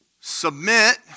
submit